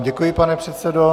Děkuji vám, pane předsedo.